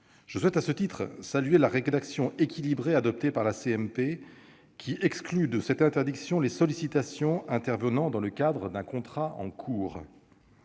Je souhaite à ce titre saluer la rédaction équilibrée adoptée par la CMP, qui exclut de cette interdiction les sollicitations intervenant dans le cadre d'un contrat en cours.